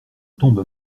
tombe